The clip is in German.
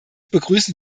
begrüßen